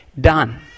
done